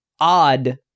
odd